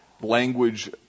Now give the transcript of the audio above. language